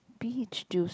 P_H juice